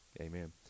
amen